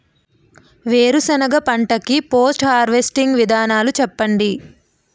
వేరుసెనగ పంట కి పోస్ట్ హార్వెస్టింగ్ విధానాలు చెప్పండీ?